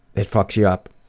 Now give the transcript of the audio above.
it fucks you up,